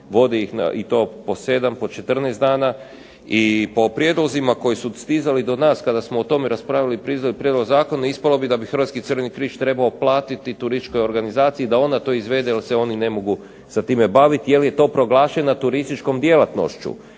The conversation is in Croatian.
kampove i to po 7, po 14 dana. I po prijedlozima koji su stizali do nas kada smo o tome raspravili …/Govornik se ne razumije./… ispalo bi da bi Hrvatski Crveni križ trebao platiti turističkoj organizaciji da ona to izvede jer se oni ne mogu sa time baviti jer je to proglašeno turističkom djelatnošću.